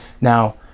Now